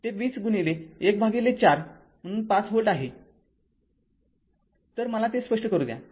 ते २० गुणिले १ भागिले ४ म्हणून ५ व्होल्ट आहे तर मला ते स्पष्ट करू द्या